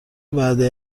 وعده